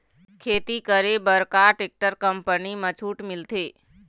खेती करे बर का टेक्टर कंपनी म छूट मिलथे?